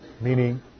meaning